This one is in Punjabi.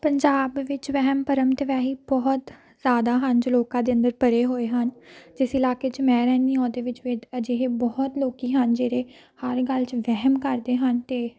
ਪੰਜਾਬ ਵਿੱਚ ਵਹਿਮ ਭਰਮ ਤਾਂ ਬਹੁਤ ਜ਼ਿਆਦਾ ਹਨ ਜੋ ਲੋਕਾਂ ਦੇ ਅੰਦਰ ਭਰੇ ਹੋਏ ਹਨ ਜਿਸ ਇਲਾਕੇ 'ਚ ਮੈਂ ਰਹਿੰਦੀ ਉਹਦੇ ਵਿੱਚ ਵੀ ਅਜਿਹੇ ਬਹੁਤ ਲੋਕ ਹਨ ਜਿਹੜੇ ਹਰ ਗੱਲ 'ਚ ਵਹਿਮ ਕਰਦੇ ਹਨ ਅਤੇ